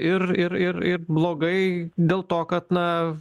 ir ir ir ir blogai dėl to kad na